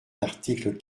l’article